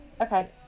okay